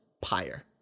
Pyre